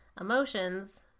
emotions